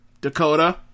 Dakota